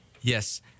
Yes